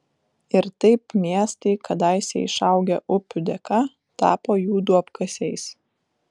ir taip miestai kadaise išaugę upių dėka tapo jų duobkasiais